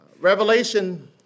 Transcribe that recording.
Revelation